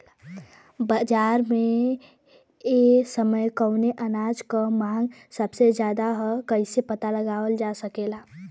बाजार में एक समय कवने अनाज क मांग सबसे ज्यादा ह कइसे पता लगावल जा सकेला?